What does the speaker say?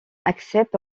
accepte